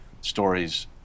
stories